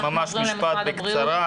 כן, ממש משפט בקצרה.